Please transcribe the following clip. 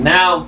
Now